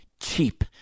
cheap